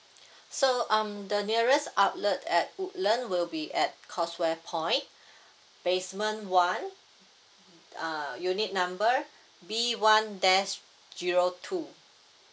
so um the nearest outlet at woodland will be at causeway point basement one uh unit number B one dash zero two